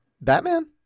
Batman